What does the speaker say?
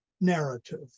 narrative